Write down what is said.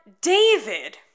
David